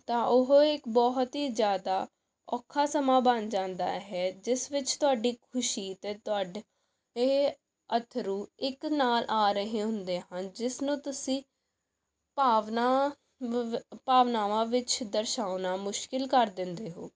ਤਾਂ ਉਹ ਇੱਕ ਬਹੁਤ ਹੀ ਜ਼ਿਆਦਾ ਔਖਾ ਸਮਾਂ ਬਣ ਜਾਂਦਾ ਹੈ ਜਿਸ ਵਿੱਚ ਤੁਹਾਡੀ ਖੁਸ਼ੀ ਅਤੇ ਤੁਹਾਡੇ ਇਹ ਅੱਥਰੂ ਇੱਕ ਨਾਲ ਆ ਰਹੇ ਹੁੰਦੇ ਹਨ ਜਿਸ ਨੂੰ ਤੁਸੀਂ ਭਾਵਨਾ ਵਾ ਭਾਵਨਾਵਾਂ ਵਿੱਚ ਦਰਸਾਉਣਾ ਮੁਸ਼ਕਿਲ ਕਰ ਦਿੰਦੇ ਹੋ